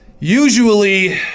Usually